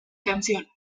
canción